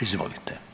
Izvolite.